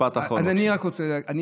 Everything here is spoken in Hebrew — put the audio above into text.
משפט אחרון, בבקשה.